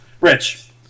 Rich